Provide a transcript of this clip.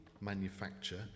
manufacture